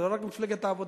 זה לא רק מפלגת העבודה.